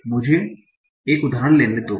तो मुझे एक उदाहरण लेने दें